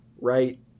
right